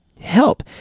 help